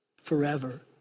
forever